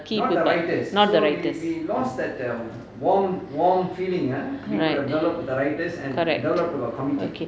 people not the writers right correct okay